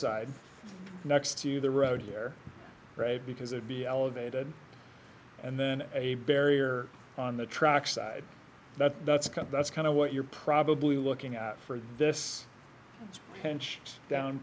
side next to the road here right because it be elevated and then a barrier on the track side that's cut that's kind of what you're probably looking at for this